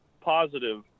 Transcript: positive